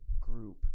group